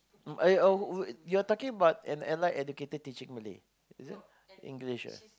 um eh uh you're talking about an allied educator teaching Malay is it English ah